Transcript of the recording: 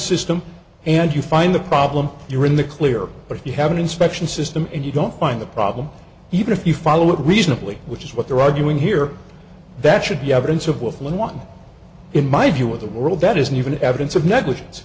system and you find the problem you're in the clear but if you have an inspection system and you don't find the problem even if you follow it reasonably which is what they're arguing here that should be evidence of willful and wanton in my view of the world that isn't even evidence of negligence